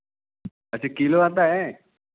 अच्छा किलो आता है